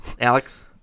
Alex